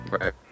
Right